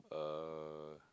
uh